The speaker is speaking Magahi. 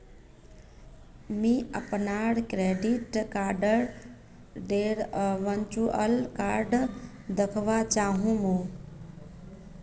मी अपनार क्रेडिट कार्डडेर वर्चुअल कार्ड दखवा चाह मु